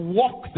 walk